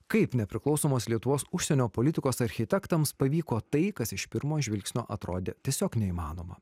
kaip nepriklausomos lietuvos užsienio politikos architektams pavyko tai kas iš pirmo žvilgsnio atrodė tiesiog neįmanoma